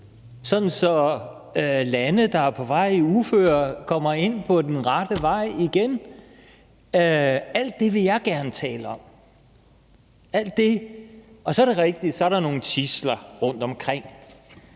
at lande, der er på vej i uføre, kommer ind på den rette vej igen. Alt det vil jeg gerne tale om. Så er det rigtigt, at der er nogle tidsler rundtomkring,